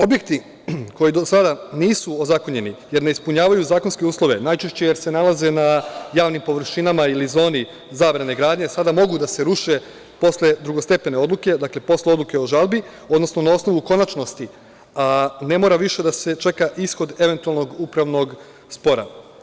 Objekti, koji do sada nisu ozakonjeni, jer ne ispunjavaju zakonske uslove, najčešće se nalaze na javnim površinama ili zoni zabrani gradnje sada mogu da se ruše posle drugostepene odluke, dakle, posle odluke o žalbi, odnosno na osnovu konačnosti, ne mora više da se čeka ishod eventualnog upravnog spora.